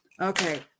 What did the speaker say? Okay